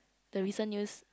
the recent news